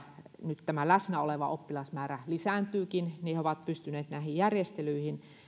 nyt tämä läsnä oleva oppilasmäärä lisääntyykin ja he ovat pystyneet näihin järjestelyihin